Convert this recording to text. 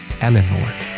Eleanor